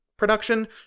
production